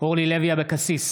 אורלי לוי אבקסיס,